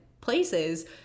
places